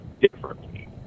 differently